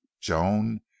Joan